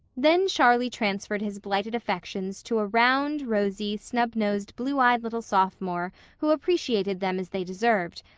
then charlie transferred his blighted affections to a round, rosy, snub-nosed, blue-eyed, little sophomore who appreciated them as they deserved,